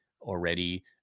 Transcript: already